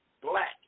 black